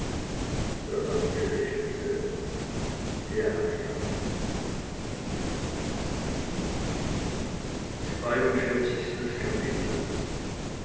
der alte lächelte ja ja zweiundvierzigstes kapitel